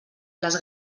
les